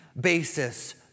basis